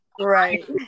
Right